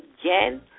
again